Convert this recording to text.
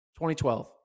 2012